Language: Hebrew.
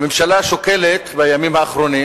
הממשלה שוקלת בימים האחרונים